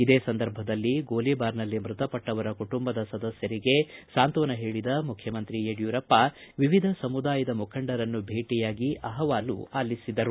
ಇದೇ ಸಂದರ್ಭದಲ್ಲಿ ಗೋಲೀಬಾರ್ ನಲ್ಲಿ ಮೃತಪಟ್ಟವರ ಕುಟುಂಬದ ಸದಸ್ಕರಿಗೆ ಸಾಂತ್ವನ ಹೇಳಿದ ಮುಖ್ಯಮಂತ್ರಿ ಯಡಿಯೂರಪ್ಪ ಬಳಿಕ ವಿವಿಧ ಸಮುದಾಯದ ಮುಖಂಡರನ್ನು ಭೇಟಿಯಾಗಿ ಅಪವಾಲು ಆಲಿಸಿದರು